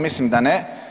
Mislim da ne.